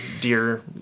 dear